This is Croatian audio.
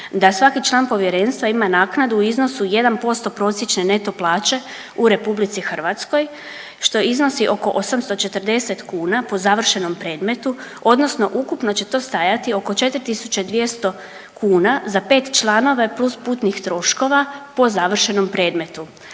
da svaki član Povjerenstva ima naknadu u iznosu 1% prosječne neto plaće u RH, što iznosi oko 840 kuna po završenom predmetu, odnosno ukupno će to stajati oko 4200 kuna za 5 članove + putnih troškova po završenom predmetu.